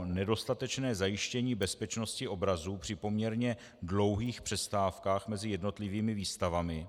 nedostatečné zajištění bezpečnosti obrazů při poměrně dlouhých přestávkách mezi jednotlivými výstavami;